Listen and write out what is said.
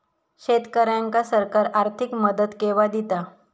शेतकऱ्यांका सरकार आर्थिक मदत केवा दिता?